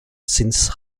since